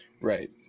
right